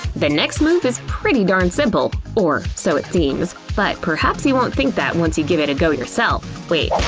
but next move is pretty darn simple, or so it seems. but perhaps you won't think that once you give it a go yourself. wait,